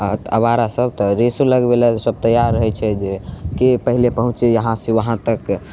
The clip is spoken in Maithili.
हँ आबारा सब तऽ रेसो लगबै लऽ ओसब तैआर रहैत छै जे के पहिले पहुँची यहाँ से वहाँ तक